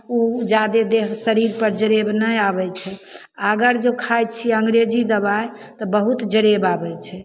उ जादे देह शरीरपर जरेब नहि आबय छै अगर जो खाइ छी अंग्रेजी दवाइ तऽ बहुत जरेब आबय छै